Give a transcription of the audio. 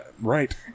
Right